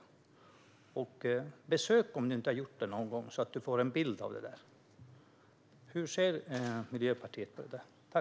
Besök Vuollerim och Jokkmokk någon gång om du inte har gjort det, så att du får en bild av detta. Hur ser Miljöpartiet på detta?